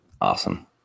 Awesome